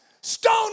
Stone